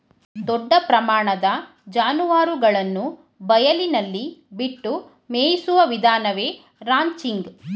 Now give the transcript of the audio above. ದೊಡ್ಡ ಪ್ರಮಾಣದ ಜಾನುವಾರುಗಳನ್ನು ಬಯಲಿನಲ್ಲಿ ಬಿಟ್ಟು ಮೇಯಿಸುವ ವಿಧಾನವೇ ರಾಂಚಿಂಗ್